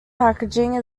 packaging